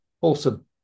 Awesome